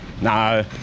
no